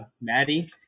Maddie